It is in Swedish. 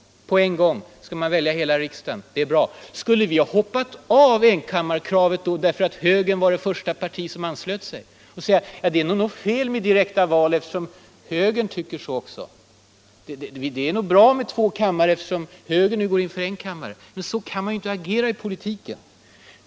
Att välja hela riksdagen på en gång är bra. Skulle vi ha hoppat av enkammarkravet därför att högern var det första parti som anslöt sig? Skulle vi ha sagt oss att det nog måste vara fel med direkta val eftersom högern ville ha sådana? Är det kanske bäst med två kammare, eftersom högern nu går in för en kammare? Så kan man ju inte agera i politiken.